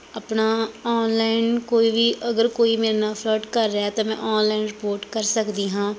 ਆਪਣਾ ਔਨਲਾਈਨ ਕੋਈ ਵੀ ਅਗਰ ਕੋਈ ਮੇਰੇ ਨਾਲ ਫਰੌਟ ਕਰ ਰਿਹਾ ਤਾਂ ਮੈਂ ਔਨਲਾਈਨ ਰਿਪੋਰਟ ਕਰ ਸਕਦੀ ਹਾਂ